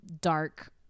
dark